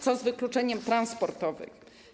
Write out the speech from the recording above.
Co z wykluczeniem transportowym?